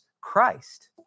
Christ